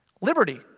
Liberty